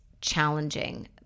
challenging